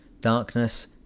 Darkness